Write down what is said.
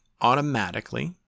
automatically